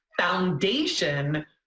foundation